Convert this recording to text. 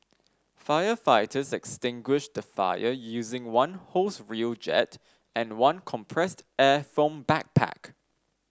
firefighters extinguished the fire using one hose reel jet and one compressed air foam backpack